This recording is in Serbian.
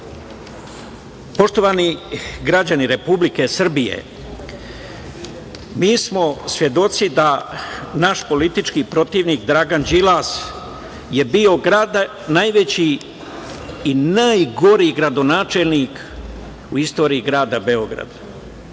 godine. Poštovani građani Republike Srbije, mi smo svedoci da naš politički protivnik Dragan Đilas je bio najveći i najgori gradonačelnik u istoriji grada Beograda.